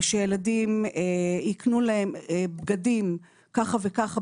שילדים יקנו להם בגדים כך וכך,